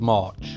March